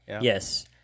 Yes